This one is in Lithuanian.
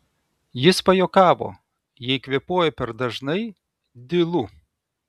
jis pajuokavo jei kvėpuoju per dažnai dylu